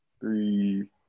three